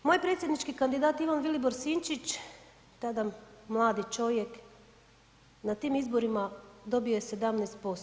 Moj predsjednički kandidat Ivan Vilibor Sinčić, tada mladi čovjek na tim izborima dobio je 17%